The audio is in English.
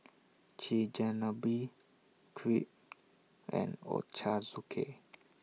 Chigenabe Crepe and Ochazuke